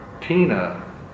tina